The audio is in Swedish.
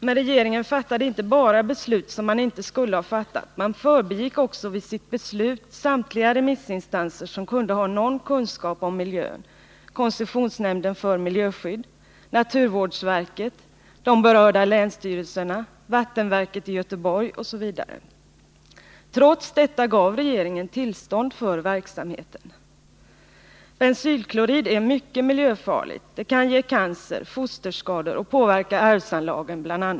Men regeringen fattade inte bara beslut man inte skulle ha fattat. Man förbigick också vid sitt beslut samtliga remissinstanser som kunde ha någon kunskap om miljön — koncessionsnämnden för miljöskydd, naturvårdsverket, de berörda länsstyrelserna, vattenverket i Göteborg, osv. Trots detta gav regeringen tillstånd för verksamheten. Bensylklorid är mycket miljöfarligt. Det kan bl.a. ge cancer och fosterskador och kan påverka arvsanlagen.